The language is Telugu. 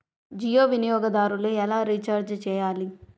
జియో వినియోగదారులు ఎలా రీఛార్జ్ చేయాలి?